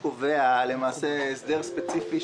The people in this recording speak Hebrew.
קובע הסדר ספציפי,